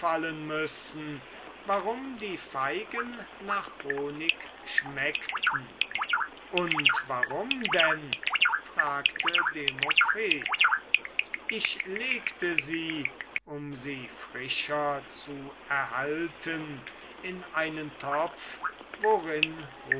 müssen warum die feigen nach honig schmeckten und warum denn fragte demokritus ich legte sie um sie frischer zu erhalten in einen topf worin